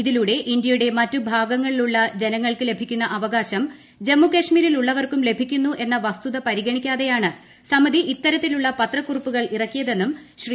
ഇതിലൂടെ ഇന്ത്യയുടെ മറ്റ് ഭാഗങ്ങളിലുള്ള ജനങ്ങൾക്ക് ലഭിക്കുന്ന അവകാശം ജമ്മുകശ്മീരിലുള്ളവർക്കും ലഭിക്കുന്നു എന്ന വസ്തുത പരിഗണിക്കാതെയാണ് സമിതി ഇത്തരത്തിലുള്ള പത്രക്കുറിപ്പുകൾ ഇറക്കിി്യുതെന്നും ശ്രീ